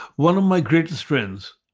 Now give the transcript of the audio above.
one of my greatest friends,